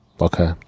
Okay